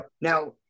Now